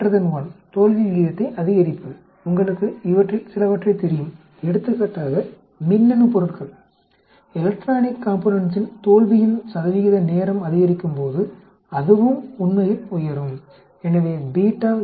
1 தோல்வி விகிதத்தை அதிகரிப்பது உங்களுக்கு இவற்றில் சிலவற்றை தெரியும் எடுத்துக்காட்டாக மின்னணுப் பொருட்களின் தோல்வியின் நேரம் அதிகரிக்கும்போது அதுவும் உண்மையில் உயரும் எனவே 1